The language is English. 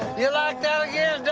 you locked out again,